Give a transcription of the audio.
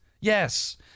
yes